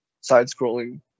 side-scrolling